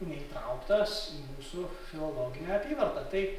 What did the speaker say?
neįtrauktas į mūsų filologinę apyvartą tai